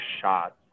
shots